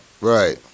Right